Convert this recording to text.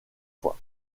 fois